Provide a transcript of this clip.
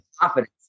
confidence